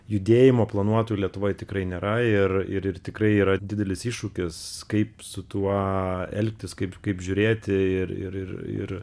judėjimo planuotojų lietuvoj tikrai nėra ir ir tikrai yra didelis iššūkis kaip su tuo elgtis kaip kaip žiūrėti ir ir ir